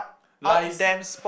lies